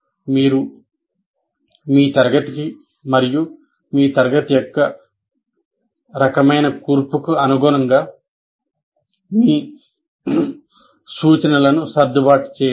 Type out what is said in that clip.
మీరు మీ తరగతికి మరియు మీ తరగతి యొక్క రకమైన కూర్పుకు అనుగుణంగా మీ సూచనలను సర్దుబాటు చేయాలి